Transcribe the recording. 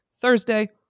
Thursday